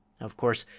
of course,